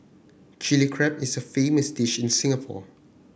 Chilli Crab is a famous dish in Singapore